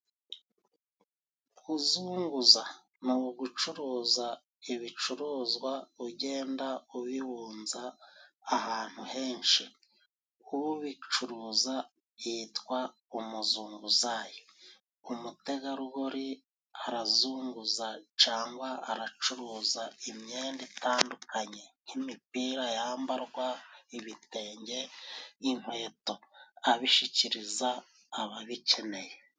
Kuzunguza ni ugucuruza ibicuruzwa， ugenda ubibunza ahantu henshi， ubicuruza yitwa umuzunguzayi. Umutegarugori arazunguza， cyangwa aracuruza imyenda itandukanye， nk'imipira yambarwa，ibitenge n'inkweto abishikiriza ababikeneye.